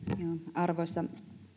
arvoisa puhemies